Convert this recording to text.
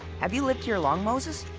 have you lived here long, moses?